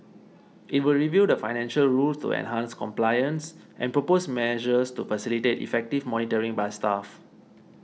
it will review the financial rules to enhance compliance and propose measures to facilitate effective monitoring by staff